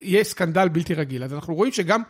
יש סקנדל בלתי רגיל אז אנחנו רואים שגם